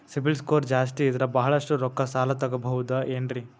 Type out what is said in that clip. CIBIL score ಜಾಸ್ತಿ ಇದ್ರ ಬಹಳಷ್ಟು ರೊಕ್ಕ ಸಾಲ ತಗೋಬಹುದು ಏನ್ರಿ?